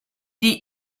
die